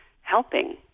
helping